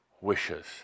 wishes